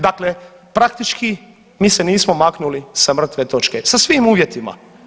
Dakle, praktički, mi se nismo maknuli sa mrtve točke, sa svim uvjetima.